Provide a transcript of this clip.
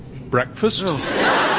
Breakfast